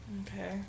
Okay